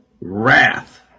wrath